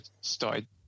started